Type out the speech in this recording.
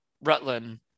rutland